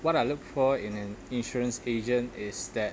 what I look for in an insurance agent is that